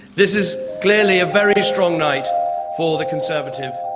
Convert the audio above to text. this is clearly a very strong night for the conservative